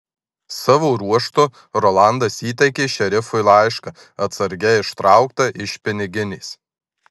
savo ruožtu rolandas įteikė šerifui laišką atsargiai ištrauktą iš piniginės